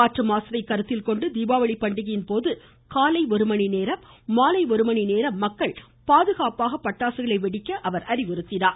காற்று மாசுவை கருத்தில் கொண்டு தீபாவளி பண்டிகையின்போது காலை ஒரு மணி நேரம் மாலை ஒரு மணி நேரம் மக்கள் பாதுகாப்பாக பட்டாசுகளை வெடிக்க அவர் அறிவுறுத்தினார்